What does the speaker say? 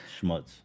Schmutz